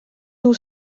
nhw